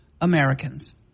Americans